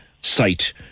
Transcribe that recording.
site